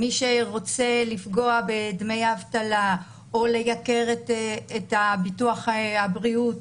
מי שרוצה לפגוע בדמי האבטלה או לייקר את ביטוח הבריאות